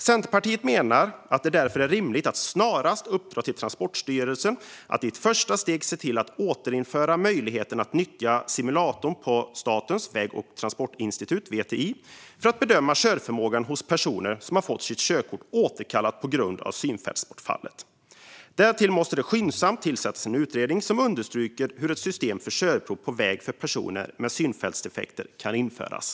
Centerpartiet menar att det därför är rimligt att snarast uppdra till Transportstyrelsen att i ett första steg se till att återinföra möjligheten att nyttja simulatorn på Statens väg och transportinstitut, VTI, för att bedöma körförmågan hos personer som har fått sitt körkort återkallat på grund av synfältsbortfall. Därtill måste det skyndsamt tillsättas en utredning som undersöker hur ett nytt system för körprov på väg för personer med synfältsdefekter kan införas.